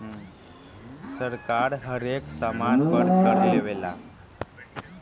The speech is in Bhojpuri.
सरकार हरेक सामान पर कर लेवेला